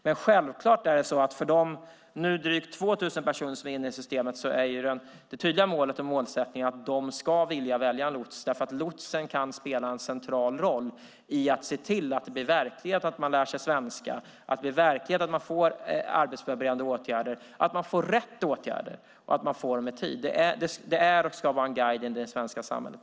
Men för de nu drygt 2 000 personer som är inne i systemet är det tydliga målet att de ska vilja välja en lots. Lotsen kan spela en central roll för att se till att man verkligen lär sig svenska, får arbetsförberedande åtgärder och får rätt åtgärder i tid. Det är och ska vara en guide in i det svenska samhället.